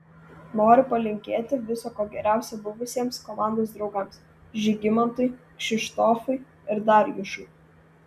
noriu palinkėti viso ko geriausio buvusiems komandos draugams žygimantui kšištofui ir darjušui